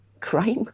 crime